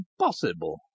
impossible